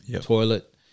toilet